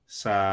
sa